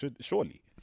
surely